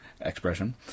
expression